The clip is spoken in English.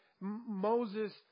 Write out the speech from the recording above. Moses